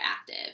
active